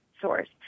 source